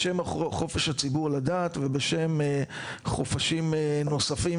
בשם חופש הציבור לדעת ובשם חופשים נוספים